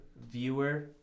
viewer